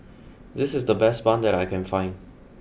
this is the best Bun that I can find